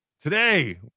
Today